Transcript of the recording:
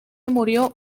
murió